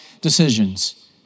decisions